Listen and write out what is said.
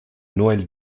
noël